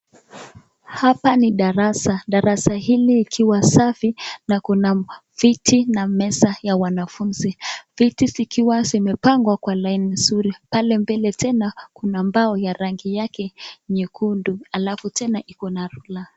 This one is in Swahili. Hapa ni darasa. Dasara hili ikiwa safi na kuna viti na meza ya wanafunzi viti zikiwa zimepangwa kwa laini nzuri. Pale mbele tena kuna mbao ya rangi yake nyekundu alafu tena ikona ruler .